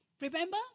Remember